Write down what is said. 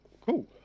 cool